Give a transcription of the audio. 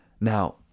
Now